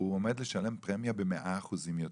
הוא עומד לשלם פרמיה ב-100% יותר.